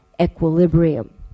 equilibrium